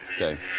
Okay